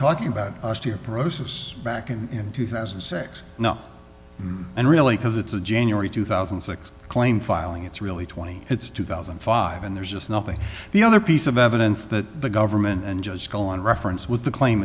talking about osteoporosis back in two thousand and six now and really because it's a january two thousand and six claim filing it's really twenty it's two thousand and five and there's just nothing the other piece of evidence that the government and just go on reference was the claim